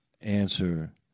answer